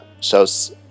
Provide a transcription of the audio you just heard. shows